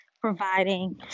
providing